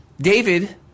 David